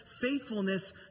faithfulness